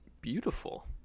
beautiful